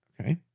Okay